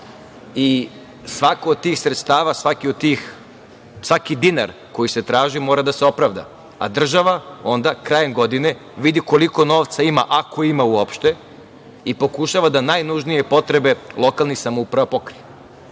Svako od tih sredstava, svaki dinar koji se traži mora da se opravda, a država onda krajem godine vidi koliko novca ima, ako ima uopšte i pokušava da najnužnije potrebe lokalnih samouprava pokrije,